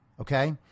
Okay